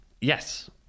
Yes